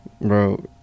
bro